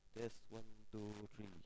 test one two three